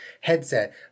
headset